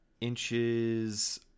inches